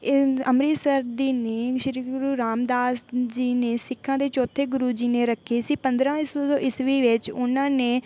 ਇਹਨ ਅੰਮ੍ਰਿਤਸਰ ਦੀ ਨੀਂਹ ਸ੍ਰੀ ਗੁਰੂ ਰਾਮਦਾਸ ਜੀ ਨੇ ਸਿੱਖਾਂ ਦੇ ਚੌਥੇ ਗੁਰੂ ਜੀ ਨੇ ਰੱਖੀ ਸੀ ਪੰਦਰਾਂ ਏਸ ਈਸਵੀ ਵਿੱਚ ਉਹਨਾਂ ਨੇ